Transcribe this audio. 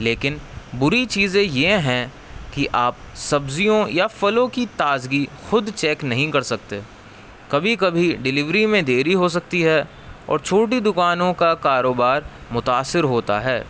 لیکن بری چیزیں یہ ہیں کہ آپ سبزیوں یا پھلوں کی تازگی خود چیک نہیں کر سکتے کبھی کبھی ڈلیوری میں دیری ہو سکتی ہے اور چھوٹی دکانوں کا کاروبار متاثر ہوتا ہے